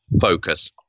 focus